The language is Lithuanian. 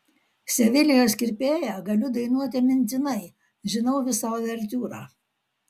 sevilijos kirpėją galiu dainuoti mintinai žinau visą uvertiūrą